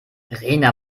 rena